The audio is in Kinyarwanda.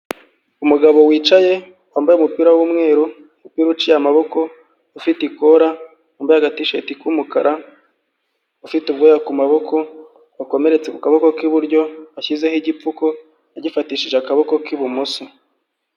Umugabo wicaye wambaye umupira w'umweru, umupira uciye amaboko ufite ikora wambaye agatisheti k'umukara, ufite ubwoya ku maboko, wakomeretse ku kaboko k'iburyo ashyizeho igipfuku agifatishije akaboko k'ibumoso.